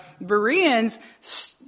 Bereans